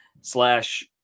slash